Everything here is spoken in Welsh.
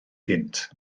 gynt